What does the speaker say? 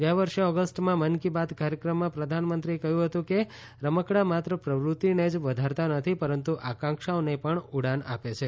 ગયા વર્ષે ઓગસ્ટમાં મન કી બાત કાર્યક્રમમાં પ્રધાનમંત્રીએ કહ્યું હતું કે રમકડાં માત્ર પ્રવૃત્તિને જ વધારતા નથી પરંતુ આકાંક્ષાઓને પણ ઉડાન આપે છે